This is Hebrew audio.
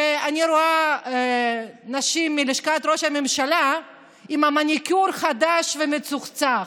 ואני רואה נשים מלשכת ראש הממשלה עם מניקור חדש ומצוחצח,